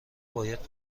باید